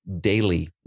daily